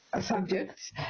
Subjects